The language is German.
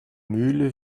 mühle